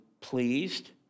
pleased